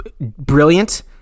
brilliant